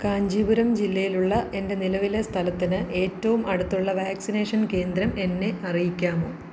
കാഞ്ചീപുരം ജില്ലയിലുള്ള എൻ്റെ നിലവിലെ സ്ഥലത്തിന് ഏറ്റവും അടുത്തുള്ള വാക്സിനേഷൻ കേന്ദ്രം എന്നെ അറിയിക്കാമോ